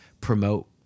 promote